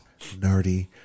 nerdy